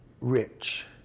rich